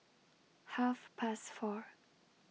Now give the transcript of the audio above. Half Past four